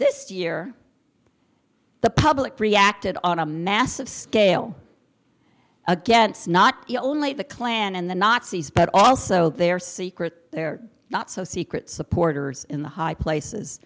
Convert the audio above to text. this year the public reacted on a massive scale against not only the klan and the nazis but also their secret their not so secret supporters in the high places